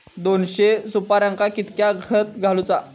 दोनशे सुपार्यांका कितक्या खत घालूचा?